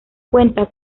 cuenta